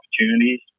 opportunities